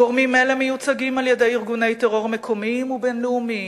גורמים אלה מיוצגים על-ידי ארגוני טרור מקומיים ובין-לאומיים,